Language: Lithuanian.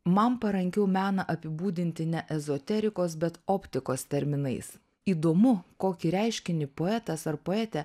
man parankiau meną apibūdinti ne ezoterikos bet optikos terminais įdomu kokį reiškinį poetas ar poetė